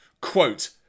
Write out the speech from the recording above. quote